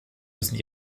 müssen